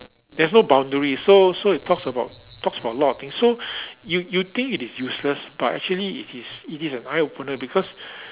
there's no boundaries so so it talks about it talks about a lot of things so you you think it is useless but actually it is it is an eye opener because